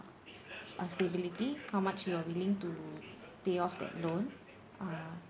uh stability how much you're willing to pay off that loan uh